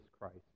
Christ